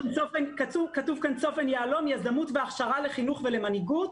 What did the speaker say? כתוב כאן צופן יהלום יזמות והכשרה לחינוך ולמנהיגות.